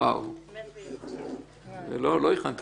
לאור זה